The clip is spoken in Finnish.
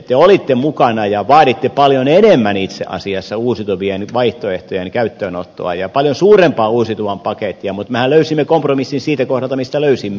te olitte mukana ja vaaditte paljon enemmän itse asiassa uusiutuvien vaihtoehtojen käyttöönottoa ja paljon suurempaa uusiutuvan pakettia mutta mehän löysimme kompromissin siitä kohdasta mistä löysimme